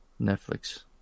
Netflix